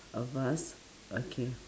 of us okay